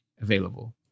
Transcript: available